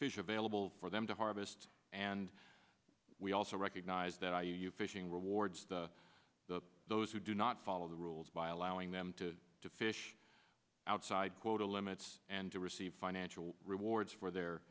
fish available for them to harvest and we also recognize that are you fishing rewards the those who do not follow the rules by allowing them to to fish outside quota limits and to receive financial rewards for their